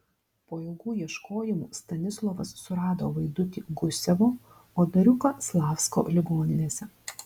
po ilgų ieškojimų stanislovas surado vaidutį gusevo o dariuką slavsko ligoninėse